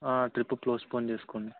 trip postpone చేసుకోండి